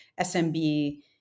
SMB